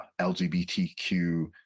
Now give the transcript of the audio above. LGBTQ